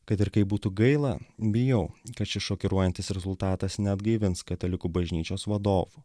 kad ir kaip būtų gaila bijau kad šis šokiruojantis rezultatas neatgaivins katalikų bažnyčios vadovų